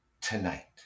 tonight